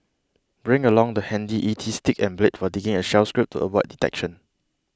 bring along the handy E T stick and blade for digging a shell scrape to avoid detection